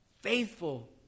faithful